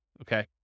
Okay